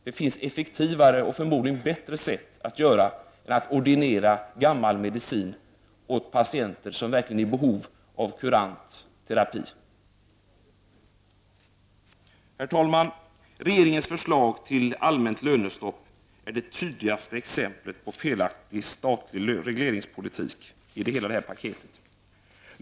Det finns effektivare och förmodligen bättre sätt än att ordinera gammal medicin åt patienter som verkligen är i behov av kurativ terapi. Herr talman! Regeringens förslag till allmänt lönestopp är det tydligaste exemplet på felaktig statlig regleringspolitik i hela detta paket.